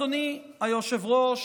אדוני היושב-ראש,